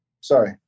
Sorry